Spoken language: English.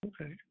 Okay